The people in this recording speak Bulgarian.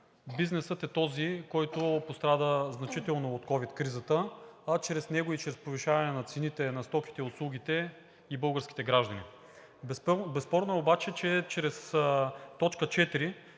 бизнесът е този, който пострада значително от ковид кризата, а чрез него и чрез повишаване на цените на стоките и услугите – и българските граждани. Безспорно е обаче, че чрез т. 4